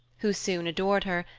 who soon adored her,